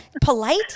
Polite